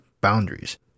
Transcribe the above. boundaries